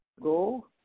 Go